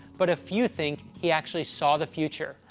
but a few think he actually saw the future,